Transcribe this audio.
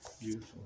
Beautiful